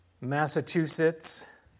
Massachusetts